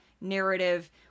narrative